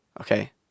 Okay